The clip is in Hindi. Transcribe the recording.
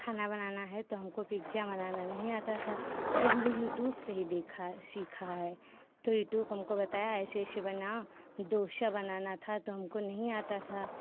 खाना बनाना है तो हमको पिज्जा बनाना नहीं आता था तो हमने यूट्यूब से ही देखा है सीखा है तो यूट्यूब ने हमको बताया ऐसे ऐसे बना डोसा बनाना था तो हमको नहीं आता था